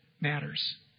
matters